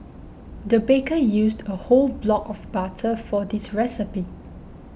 the baker used a whole block of butter for this recipe